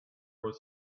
was